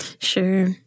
Sure